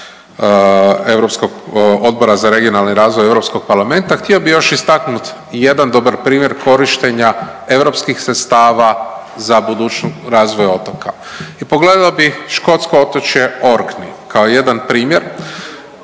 Odbora za regionalni razvoj EU Parlamenta htio bih još istaknut jedan dobar primjer korištenja eu sredstava za budućnost razvoja otoka. I pogledao bih škotsko otočje Orkney kao jedan primjer.